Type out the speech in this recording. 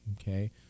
okay